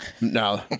No